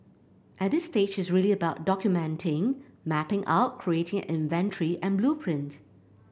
at this stage it's really about documenting mapping out creating an inventory and blueprint